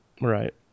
right